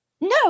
no